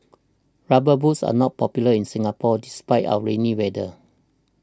rubber boots are not popular in Singapore despite our rainy weather